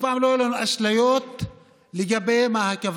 אף פעם לא היו לנו אשליות לגבי מה הכוונות